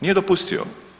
Nije dopustio.